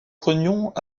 prenions